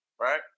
right